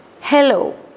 hello